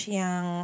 yang